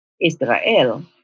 Israel